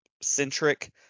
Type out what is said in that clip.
centric